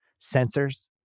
sensors